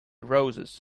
roses